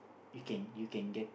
you can you can get